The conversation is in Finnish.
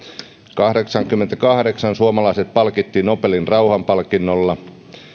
kahdeksankymmentäkahdeksan suomalaiset palkittiin nobelin rauhanpalkinnolla